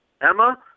Emma